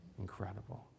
Incredible